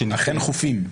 אכן, "חוֹפִים".